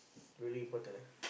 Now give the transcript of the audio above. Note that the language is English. really important ah